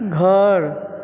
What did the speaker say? घर